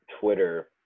Twitter